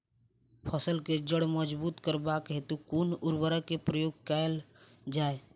फसल केँ जड़ मजबूत करबाक हेतु कुन उर्वरक केँ प्रयोग कैल जाय?